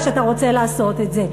חזקה עלי שאתה רוצה לעשות את זה,